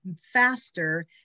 faster